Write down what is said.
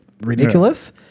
ridiculous